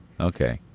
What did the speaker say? Okay